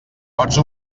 pots